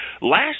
Last